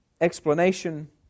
explanation